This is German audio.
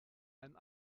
einen